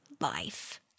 life